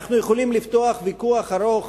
אנחנו יכולים לפתוח ויכוח ארוך,